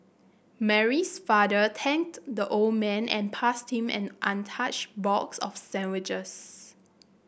Mary's father thanked the old man and passed him an untouched box of sandwiches